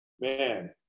man